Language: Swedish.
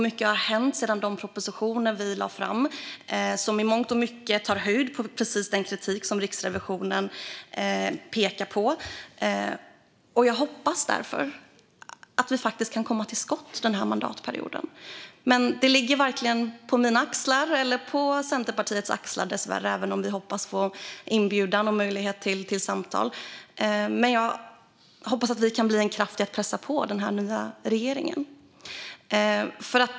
Mycket har också hänt sedan vi lade fram propositionerna om detta, som i mångt och mycket tar höjd för precis den kritik som Riksrevisionen för fram. Jag hoppas därför att vi kan komma till skott under den här mandatperioden. Men det ligger dessvärre varken på mina eller på Centerpartiets axlar, även om vi hoppas på att få en inbjudan och möjlighet till samtal. Jag hoppas ändå att vi kan bli en kraft i att pressa på den nya regeringen.